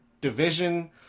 division